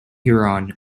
huron